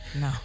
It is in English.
no